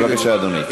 בבקשה, אדוני.